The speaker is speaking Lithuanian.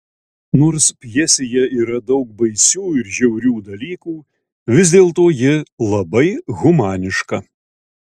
nors pjesėje yra daug baisių ir žiaurių dalykų vis dėlto ji labai humaniška